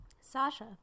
Sasha